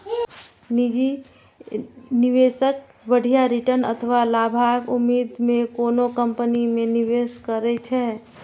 निजी निवेशक बढ़िया रिटर्न अथवा लाभक उम्मीद मे कोनो कंपनी मे निवेश करै छै